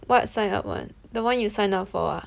what sign up [one] the [one] you sign up for ah